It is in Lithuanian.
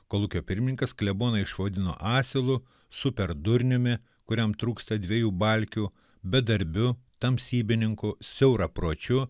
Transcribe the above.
kolūkio pirmininkas kleboną išvadino asilu super durniumi kuriam trūksta dviejų balkių bedarbiu tamsybininkų siaurapročiu